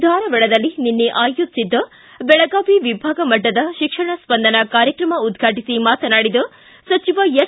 ಧಾರವಾಡದಲ್ಲಿ ನಿನ್ನೆ ಆಯೋಜಿಸಿದ್ದ ಬೆಳಗಾವಿ ವಿಭಾಗ ಮಟ್ಟದ ಶಿಕ್ಷಣ ಸ್ಪಂದನ ಕಾರ್ಯಕ್ರಮ ಉದ್ಘಾಟಿಸಿ ಮಾತನಾಡಿದ ಸಚಿವ ಎಸ್